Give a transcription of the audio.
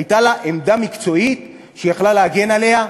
הייתה לה עמדה מקצועית שהיא הייתה יכולה להגן עליה,